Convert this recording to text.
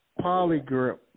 Polygrip